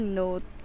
note